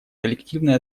коллективной